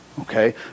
okay